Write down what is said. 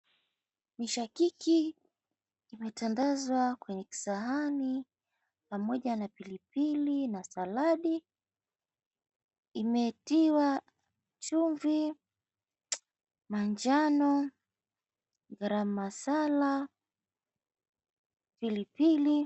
Mishakiki imetandazwa kwenye kisahani pamoja na pilipili na saladi imetiwa chumvi, manjano, garamu masala, pilipili.